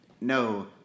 no